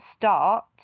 start